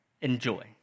Enjoy